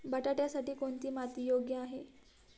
बटाट्यासाठी कोणती माती योग्य आहे?